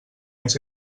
més